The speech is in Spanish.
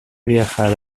viajar